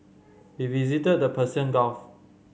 we visited the Persian Gulf